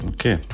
Okay